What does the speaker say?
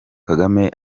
kagame